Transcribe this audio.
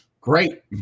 great